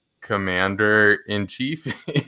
commander-in-chief